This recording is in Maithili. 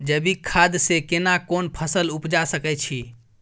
जैविक खाद से केना कोन फसल उपजा सकै छि?